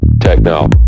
Techno